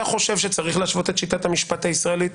אתה חושב שצריך להשוות את שיטת המשפט הישראלית